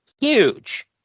huge